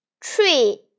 tree